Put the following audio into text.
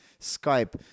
Skype